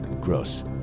Gross